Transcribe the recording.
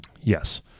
Yes